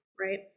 Right